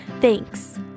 Thanks